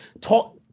Talk